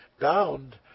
bound